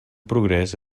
progrés